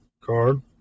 card